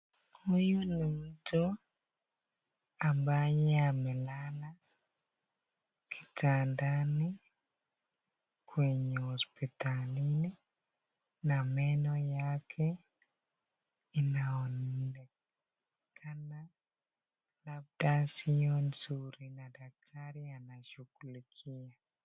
Huyu ni mtu ambaye amelala kitanda kwenye hospitalini na meno yake imeonekana hata sio nzuri na daktari anashughulikia